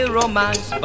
romance